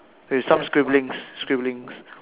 with some scribbling scribblings